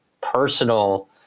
personal